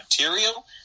material